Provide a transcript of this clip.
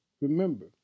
remember